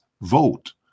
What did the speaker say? vote